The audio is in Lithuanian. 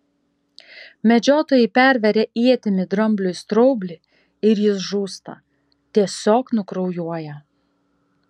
medžiotojai perveria ietimi drambliui straublį ir jis žūsta tiesiog nukraujuoja